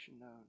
known